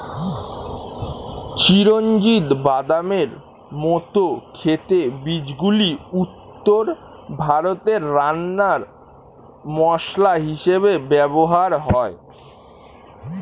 চিরঞ্জিত বাদামের মত খেতে বীজগুলি উত্তর ভারতে রান্নার মসলা হিসেবে ব্যবহার হয়